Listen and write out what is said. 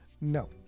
No